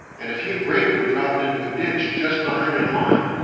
and a few grape were dropped into a ditch just behind our line,